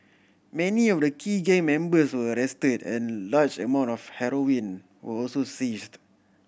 many of the key gang members were arrested and large amount of heroin were also seized